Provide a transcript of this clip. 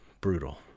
brutal